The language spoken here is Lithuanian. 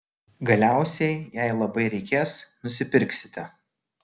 galiausiai jei labai reikės nusipirksite